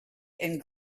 and